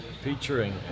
featuring